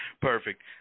Perfect